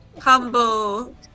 humble